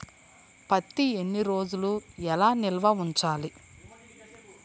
పత్తి ఎన్ని రోజులు ఎలా నిల్వ ఉంచాలి?